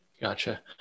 Gotcha